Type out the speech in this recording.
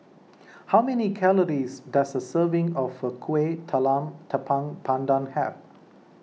how many calories does a serving of Kuih Talam Tepong Pandan have